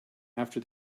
after